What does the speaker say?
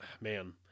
man